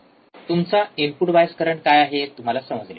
तुमचा input bias current काय आहे तुम्हाला समजले